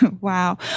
Wow